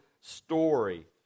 story